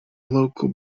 local